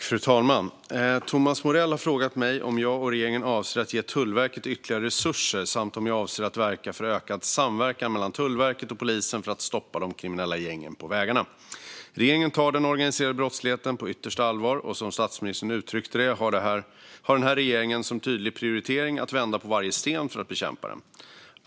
Fru talman! Thomas Morell har frågat mig om jag och regeringen avser att ge Tullverket ytterligare resurser samt om jag avser att verka för ökad samverkan mellan Tullverket och polisen för att stoppa de kriminella gängen på vägarna. Regeringen tar den organiserade brottsligheten på yttersta allvar. Som statsministern uttryckt det har den här regeringen som tydlig prioritering att vända på varje sten för att bekämpa den.